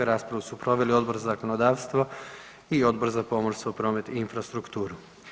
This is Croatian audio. Raspravu su proveli Odbor za zakonodavstvo i Odbor za pomorstvo, promet i infrastrukturu.